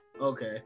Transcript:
okay